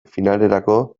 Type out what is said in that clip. finalerako